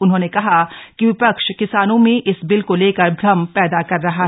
उन्होंने कहा कि विपक्ष किसानों में इस बिल को लेकर भ्रम पैदा कर रहा है